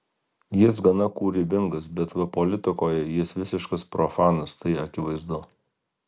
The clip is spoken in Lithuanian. jis gana kūrybingas bet va politikoje jis visiškas profanas tai akivaizdu